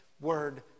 word